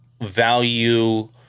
value